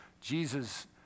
Jesus